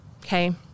okay